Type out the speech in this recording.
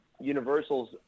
universal's